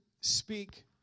speak